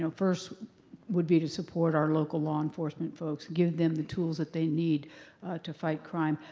um first would be to support our local law enforcement folks, give them the tools that they need to fight crime.